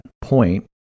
point